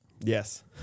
Yes